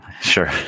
sure